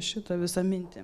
šitą visą mintį